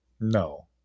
No